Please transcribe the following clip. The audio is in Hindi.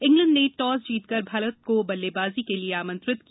इंग्लैण्ड ने टॉस जीतकर भारत को बल्लेबाजी के लिए आमंत्रित किया